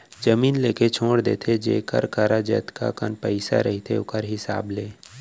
जमीन लेके छोड़ देथे जेखर करा जतका कन पइसा रहिथे ओखर हिसाब ले